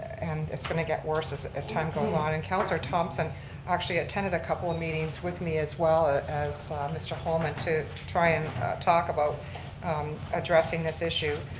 and it's going to get worse as as time goes on. and councillor thompson actually attended a couple of meetings with me as well as mr. holman to try and talk about addressing this issue.